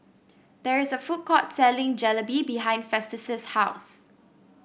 there is a food court selling Jalebi behind Festus' house